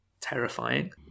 terrifying